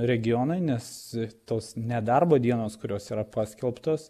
regionai nes tos nedarbo dienos kurios yra paskelbtos